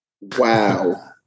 Wow